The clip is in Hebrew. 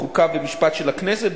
חוק ומשפט של הכנסת,